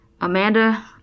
Amanda